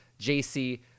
JC